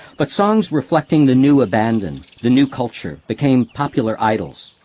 but songs reflecting the new abandon, the new culture, became popular idols.